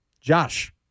Josh